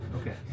Okay